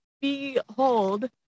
behold